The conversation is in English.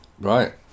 Right